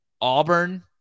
Auburn